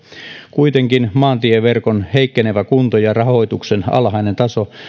kuitenkin maantieverkon heikkenevä kunto ja rahoituksen alhainen taso